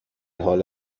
حال